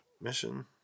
mission